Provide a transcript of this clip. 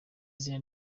izina